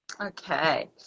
Okay